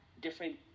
different